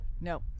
No